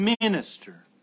minister